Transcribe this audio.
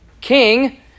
king